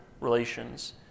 relations